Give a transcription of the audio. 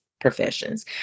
professions